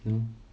no